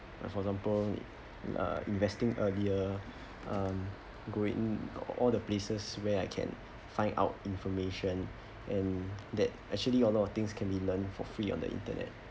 and for example uh investing earlier um go in all the places where I can find out information and that actually a lot of things can be learned for free on the internet